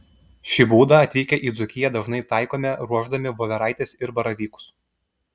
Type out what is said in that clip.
šį būdą atvykę į dzūkiją dažnai taikome ruošdami voveraites ir baravykus